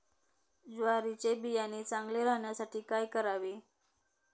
ज्वारीचे बियाणे चांगले राहण्यासाठी काय करावे?